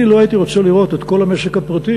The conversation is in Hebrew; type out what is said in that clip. אני לא הייתי רוצה לראות את כל המשק הפרטי